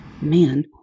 Man